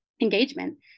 engagement